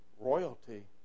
royalty